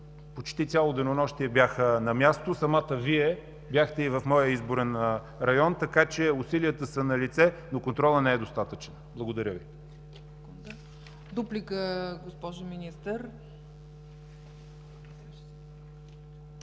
почти цяло денонощие бяха на място, самата Вие бяхте и в моя изборен район, така че усилията са налице, но контролът не е достатъчен. Благодаря Ви. ПРЕДСЕДАТЕЛ ЦЕЦКА